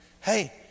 Hey